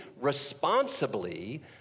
responsibly